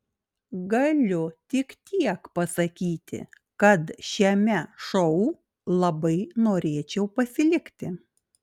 galiu tik tiek pasakyti kad šiame šou labai norėčiau pasilikti